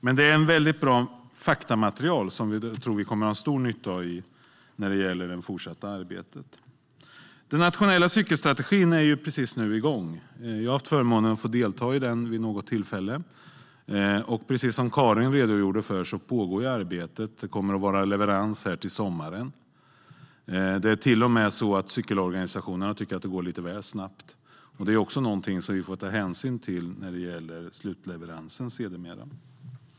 Men det är ett väldigt bra faktamaterial som jag tror att vi kommer att ha stor nytta av i det fortsatta arbetet. Arbetet med den nationella cykelstrategin är precis nu igång. Jag har fått förmånen att delta i det vid något tillfälle. Precis som Karin Svensson Smith redogjorde för pågår arbetet. Det kommer att vara leverans till sommaren. Det är till och med så att cykelorganisationerna tycker att det går lite väl snabbt. Det är också någonting som vi får ta hänsyn till när det sedermera gäller slutleveransen.